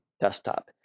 desktop